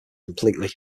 completely